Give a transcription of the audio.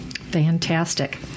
fantastic